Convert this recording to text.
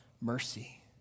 mercy